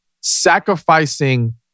sacrificing